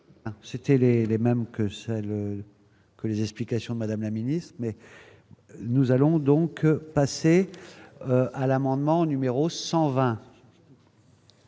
C'était les les mêmes que celles que les explications de Madame la Ministre, mais nous allons donc passer à l'amendement numéro 120.